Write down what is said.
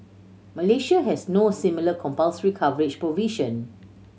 Malaysia has no similar compulsory coverage provision